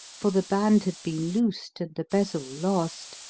for the band had been loosed and the bezel lost,